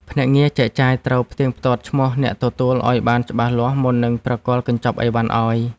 ភ្នាក់ងារចែកចាយត្រូវផ្ទៀងផ្ទាត់ឈ្មោះអ្នកទទួលឱ្យបានច្បាស់លាស់មុននឹងប្រគល់កញ្ចប់អីវ៉ាន់ឱ្យ។